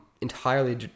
entirely